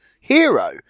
hero